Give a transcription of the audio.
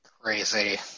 Crazy